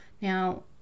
now